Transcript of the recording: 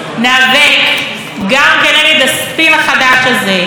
ניאבק גם כנגד הספין החדש הזה,